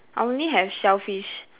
I only have shellfish